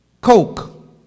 Coke